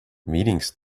meetings